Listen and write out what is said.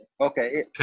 okay